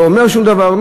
לא אומר שום דבר?